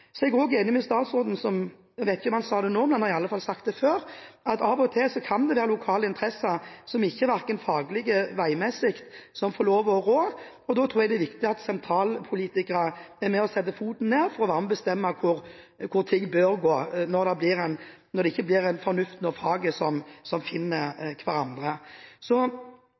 er også enig med statsråden i – jeg vet ikke om han sa det nå, men han har iallfall sagt det før – at av og til kan det være lokale interesser som faglig sett, veimessig, ikke får lov til å rå, og da tror jeg det er viktig at politikere sentralt setter foten ned for å være med og bestemme,